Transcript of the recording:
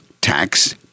tax